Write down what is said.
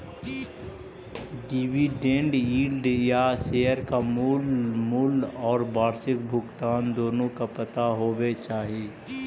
dividend yield ला share का मूल मूल्य और वार्षिक भुगतान दोनों का पता होवे चाही